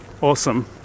Awesome